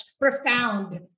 profound